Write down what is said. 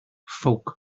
ffowc